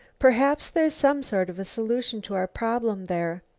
perhaps there's some sort of a solution to our problem there.